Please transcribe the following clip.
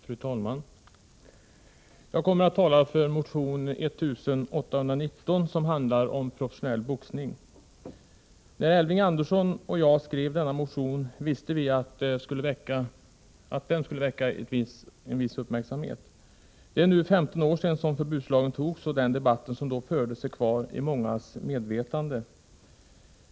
Fru talman! Jag kommer att tala för motion 1819, som handlar om professionell boxning. När Elving Andersson och jag skrev denna motion visste vi att den skulle väcka en viss uppmärksamhet. Det är nu 15 år sedan förbudslagen antogs, och den debatt som då fördes är kvar i mångas medvetande.